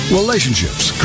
relationships